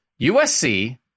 USC